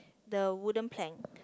the wooden plank